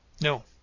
No